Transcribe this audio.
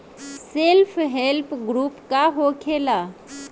Self help group का होखेला?